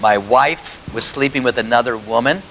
my wife was sleeping with another woman